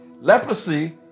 Leprosy